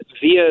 via